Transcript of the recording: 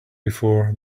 before